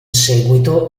seguito